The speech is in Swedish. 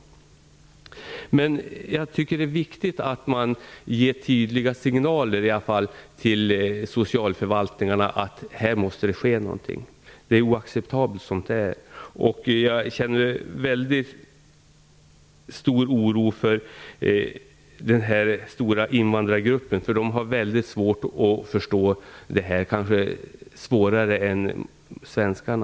Jag tycker att det är viktigt att man ger tydliga signaler till socialförvaltningarna om att det måste ske någonting. Det är oacceptabelt som det är. Jag känner mycket stor oro för den stora invandrargruppen. Den har mycket svårt att förstå det här - kanske svårare än svenskarna.